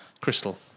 Crystal